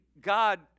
God